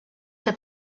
que